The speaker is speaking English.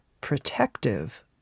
protective